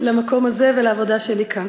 למקום הזה ולעבודה שלי כאן?